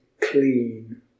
clean